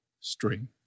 string